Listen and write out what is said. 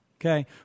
Okay